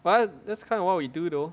but that's kind of what we do though